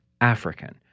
African